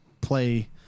play